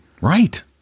Right